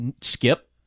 skip